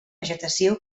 vegetació